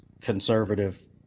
conservative